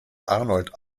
arnold